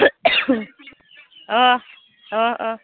अ अ अ